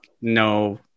no